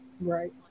right